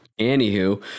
Anywho